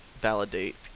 validate